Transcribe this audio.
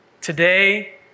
today